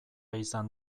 izan